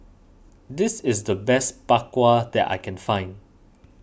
this is the best Bak Kwa that I can find